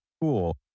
Cool